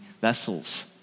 vessels